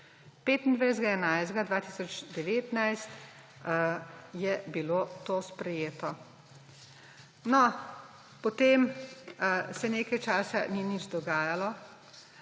25. 11. 2019 je bilo to sprejeto. No, potem se nekaj časa ni nič dogajalo,